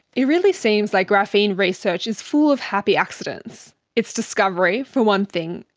it really seems like graphene research is full of happy accidents. its discovery, for one thing.